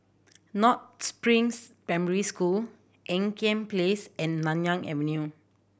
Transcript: North Springs Primary School Ean Kiam Place and Nanyang Avenue